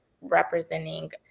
representing